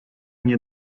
nie